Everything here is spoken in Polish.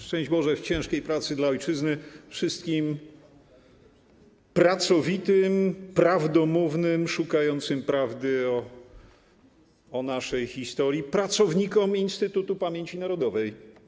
Szczęść Boże w ciężkiej pracy dla ojczyzny wszystkim pracowitym, prawdomównym, szukającym prawdy o naszej historii pracownikom Instytutu Pamięci Narodowej!